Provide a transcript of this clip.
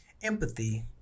Empathy